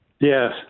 yes